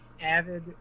Avid